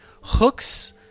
hooks